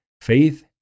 faith